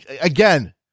again